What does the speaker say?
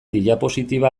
diapositiba